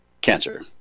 cancer